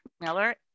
Miller